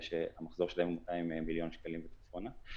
שהמחזור שלהם הוא 200 מיליון שקלים וצפונה.